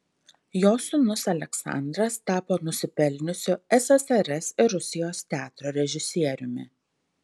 jo sūnus aleksandras tapo nusipelniusiu ssrs ir rusijos teatro režisieriumi